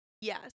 Yes